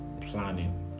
planning